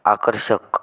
आकर्षक